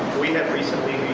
we have recently